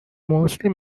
mostly